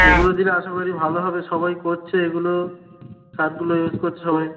এগুলো দিলে আশা করি ভালো হবে সবাই করছে এগুলো সারগুলো ইউজ করছে সবাই